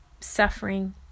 suffering